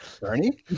bernie